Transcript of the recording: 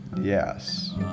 yes